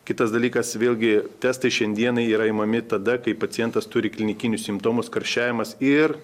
kitas dalykas vėlgi testai šiandieną yra imami tada kai pacientas turi klinikinius simptomus karščiavimas ir